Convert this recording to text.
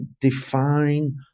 define